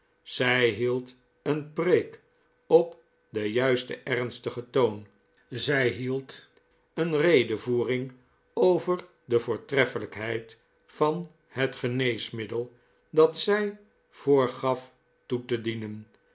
zij hield een preek op den juisten ernstigen toon zij hield een redevoering over de voortreffelijkheid van het geneesmiddel dat zij voorgaf toe te dienen